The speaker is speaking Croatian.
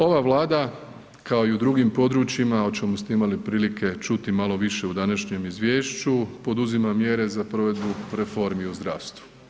Ova Vlada kao i u drugim područjima o čemu ste imali prilike čuti malo više u današnjem izvješću poduzima mjere za provedbu reformi u zdravstvu.